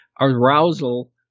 arousal